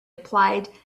applied